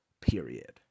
period